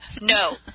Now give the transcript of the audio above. No